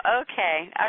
Okay